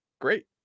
Great